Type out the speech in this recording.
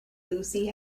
lucy